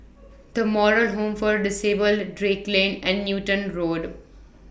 The Moral Home For Disabled Drake Lane and Newton Road